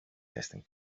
testing